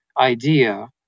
idea